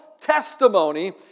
testimony